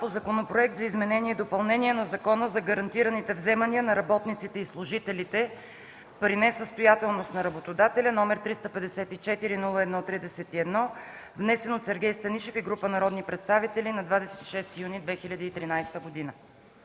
по Законопроект за изменение и допълнение на Закона за гарантираните вземания на работниците и служителите при несъстоятелност на работодателя, № 354-01-31, внесен от Сергей Станишев и група народни представители на 26 юни 2013 г.